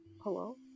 hello